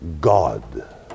God